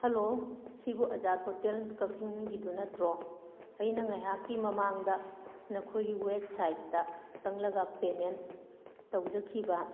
hello ꯁꯤꯕꯨ ꯑꯥꯖꯥꯗ hotel ꯀꯥꯛꯆꯤꯡꯒꯤꯗꯨ ꯅꯠꯇ꯭ꯔꯣ ꯑꯩꯅ ꯉꯥꯏꯍꯥꯛꯀꯤ ꯃꯃꯥꯡꯗ ꯅꯈꯣꯏꯒꯤ ꯋꯦꯕꯁꯥꯏꯠꯇ ꯆꯪꯂꯒ ꯄꯦꯃꯦꯟ ꯇꯧꯖꯈꯤꯕ